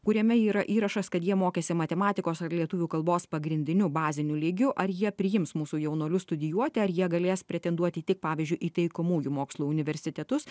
kuriame yra įrašas kad jie mokėsi matematikos ar lietuvių kalbos pagrindiniu baziniu lygiu ar jie priims mūsų jaunuolius studijuoti ar jie galės pretenduoti tik pavyzdžiui į taikomųjų mokslų universitetus